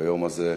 ביום הזה.